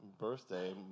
birthday